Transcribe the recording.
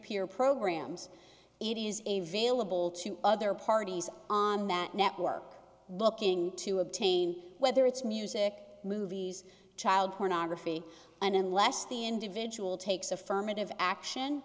gold to other parties on that network looking to obtain whether it's music movies child pornography and unless the individual takes affirmative action